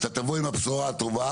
אתה תבוא עם הבשורה הטובה,